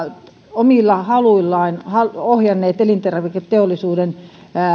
omilla haluillaan ohjanneet elintarviketeollisuuden